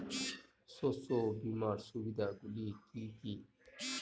শস্য বিমার সুবিধাগুলি কি কি?